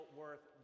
worth